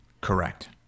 Correct